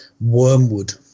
wormwood